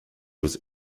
was